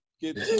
get